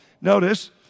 Notice